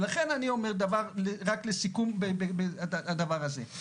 ולכן לסיכום הדבר הזה,